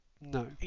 No